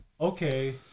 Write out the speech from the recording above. okay